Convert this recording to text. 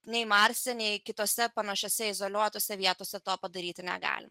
nei marse nei kitose panašiose izoliuotose vietose to padaryti negalim